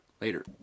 Later